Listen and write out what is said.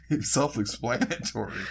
self-explanatory